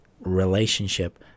relationship